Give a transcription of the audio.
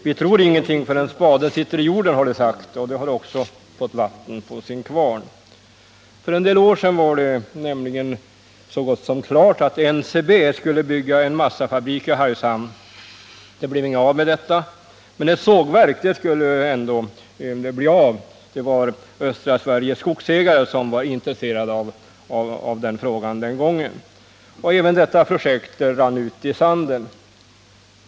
Vi tror ingenting förrän spaden sitter i jorden, har de sagt, och de har också fått vatten på sin kvarn. För en del år sedan var det nämligen så gott som klart att NCB skulle bygga en massafabrik i Hargshamn. Det blev inget av med detta, men ett sågverk skulle det ändå bli. Det var Östra Sveriges Skogsägare som var intresserade den gången. Även detta projekt rann ut i sanden.